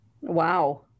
Wow